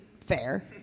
fair